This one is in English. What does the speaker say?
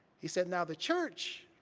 he said, now, the church